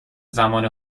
زمان